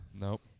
Nope